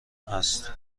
است